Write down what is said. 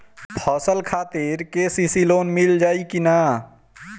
फसल खातिर के.सी.सी लोना मील जाई किना?